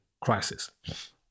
crisis